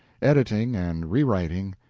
editing and rewriting,